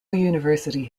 university